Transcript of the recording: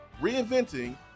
reinventing